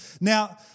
Now